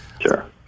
Sure